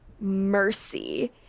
mercy